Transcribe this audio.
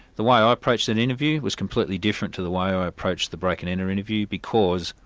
the way i ah approached that interview was completely different to the way i i approached the break-and-enter interview because,